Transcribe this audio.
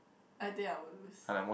I think I will lose